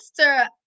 Mr